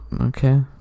Okay